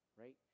right